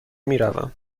میروم